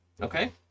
Okay